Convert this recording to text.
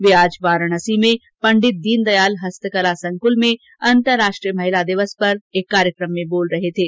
वे आज वाराणसी में पंडित दीनदयाल हस्तकला संकुल में अंतर्राष्ट्रीय महिला दिवस पर आयोजित एक कार्यक्रम को संबोधित कर रहे थे